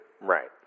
Right